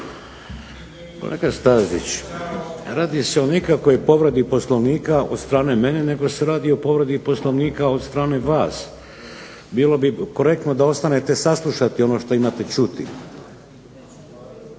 Kolega Stazić, radi se o nikakvoj povredi Poslovnika od strane mene nego se radi o povredi Poslovnika od strane vas. Bilo bi korektno da ostanete saslušati ono što imate čuti.